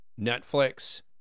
Netflix